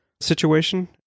situation